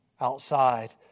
outside